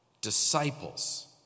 disciples